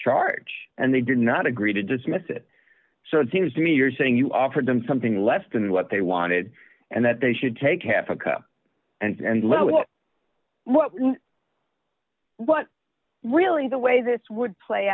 charge and they did not agree to dismiss it so it seems to me you're saying you offered them something less than what they wanted and that they should take africa and lo what what what really the way this would play